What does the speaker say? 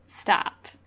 stop